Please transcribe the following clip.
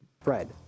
Fred